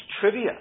trivia